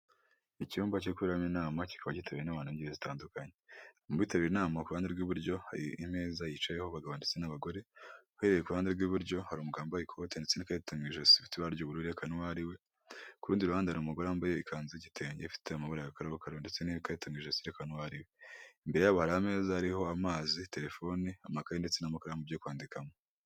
Icyumba cyo kuberamo inama kiba cyitabiri n'abantu ngeri zitandukanye mubiriye inama ku ruhande rw'iburyo harimeza yicayeho abagabo ndetse n'abagore uhereye iruhande rw'iburyo hari umugabo ikotite ndetse n'ikayata mu ijosi rifite iba ry'ubururu, n'uwo ariwe. Ku rundi ruhande umugore wambaye ikanzu y'igitenge ifite amabara asa n'umukara ndetse n'ikarita yerekana uwo ariwe, imbere ye hari ameza ariho amazi, telefone. amakaye ndetse n'amakaramu byo kwandikamo.